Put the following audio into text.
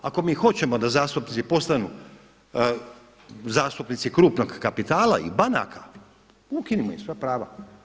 Ako mi hoćemo da zastupnici postanu zastupnici krupnog kapitala i banaka ukinimo im sva prava.